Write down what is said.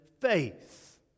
faith